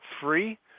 free